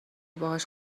باهاش